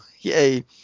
yay